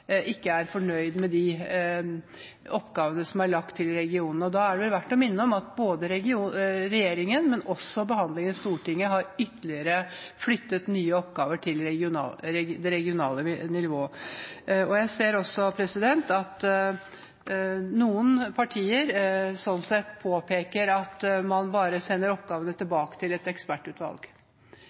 ikke er fornøyd med de oppgavene som er lagt til regionen. Da er det verdt å minne om at både regjeringen og Stortinget ytterligere har flyttet nye oppgaver til det regionale nivå. Jeg ser at noen partier påpeker at man bare sender oppgavene tilbake til et ekspertutvalg.